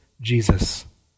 Jesus